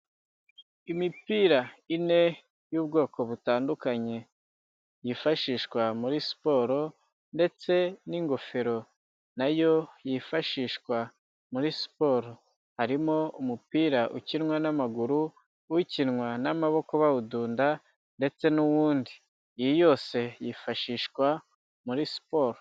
Imipira ine y'ubwoko butandukanye, yifashishwa muri siporo ndetse n'ingofero nayo yifashishwa muri siporo, harimo umupira ukinwa n'amaguru, ukinwa n'amaboko bawudunda ndetse n'uw'undi. Iyi yose yifashishwa muri siporo.